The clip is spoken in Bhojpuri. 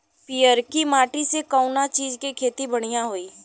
पियरकी माटी मे कउना चीज़ के खेती बढ़ियां होई?